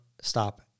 stop